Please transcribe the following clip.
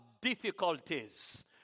difficulties